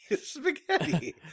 Spaghetti